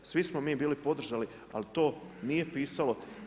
Svi smo mi bili podržali, ali to nije pisalo.